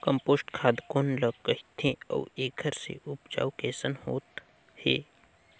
Compost खाद कौन ल कहिथे अउ एखर से उपजाऊ कैसन होत हे?